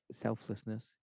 selflessness